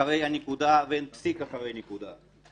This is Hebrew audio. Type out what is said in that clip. ואין פסיק אחרי הנקודה.